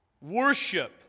Worship